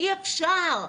אי אפשר.